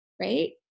right